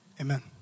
Amen